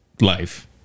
Life